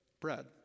bread